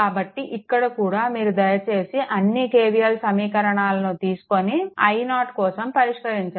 కాబట్టి ఇక్కడ కూడా మీరు దయచేసి అన్ని KVL సమీకరణాలను తీసుకొని i0 కోసం పరిష్కరించండి